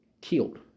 killed